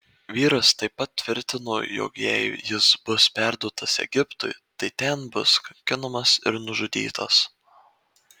vyras taip pat tvirtino jog jei jis bus perduotas egiptui tai ten bus kankinamas ir nužudytas